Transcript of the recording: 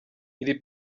iri